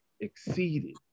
exceeded